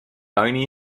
bony